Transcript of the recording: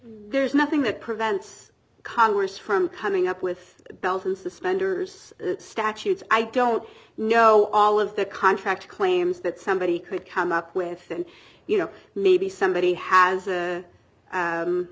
there's nothing that prevents congress from coming up with a belt and suspenders statues i don't know all of the contract claims that somebody could come up with then you know maybe somebody has a